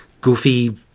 goofy